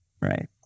right